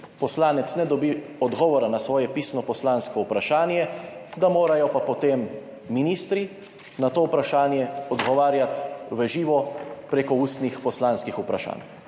poslanec ne dobi odgovora na svoje pisno poslansko vprašanje, morajo pa potem ministri na to vprašanje odgovarjati v živo preko ustnih poslanskih vprašanj.